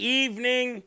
evening